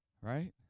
right